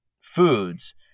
foods